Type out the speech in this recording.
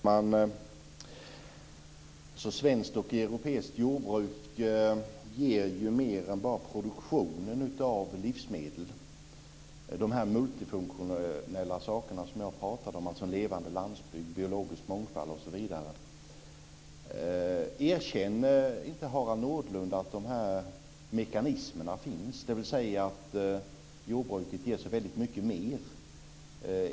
Fru talman! Svenskt och europeiskt jordbruk ger ju mer än bara produktionen av livsmedel. Det är de multifunktionella sakerna som jag pratade om, alltså en levande landsbygd, biologisk mångfald osv. Erkänner inte Harald Nordlund att de här mekanismerna finns, dvs. att jordbruket ger så väldigt mycket mer?